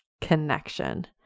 connection